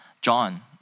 John